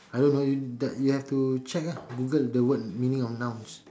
I don't know you d~ you have to check ah Google the word meaning of nouns